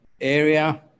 area